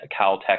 Caltech